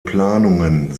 planungen